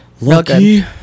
lucky